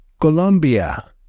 Colombia